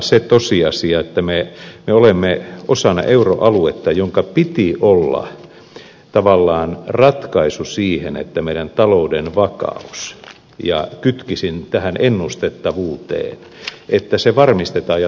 on tosiasia että me olemme osana euroaluetta jonka piti olla tavallaan ratkaisu siihen että meidän taloutemme vakaus ja kytkisin tähän ennustettavuuden varmistetaan ja turvataan